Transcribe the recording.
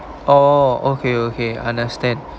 oh okay okay understand